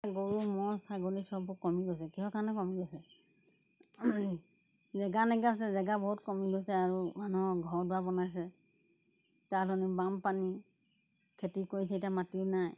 গৰু ম'হ ছাগলী চববোৰ কমি গৈছে কিহৰ কাৰণে কমি গৈছে জেগা নাইকিয়া হৈছে জেগা বহুত কমি গৈছে আৰু মানুহৰ ঘৰ দুৱাৰ বনাইছে তাৰ সলনি বাম পানী খেতি কৰিছে এতিয়া মাটি নাই